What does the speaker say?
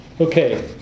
Okay